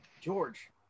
George